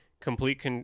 complete